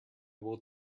will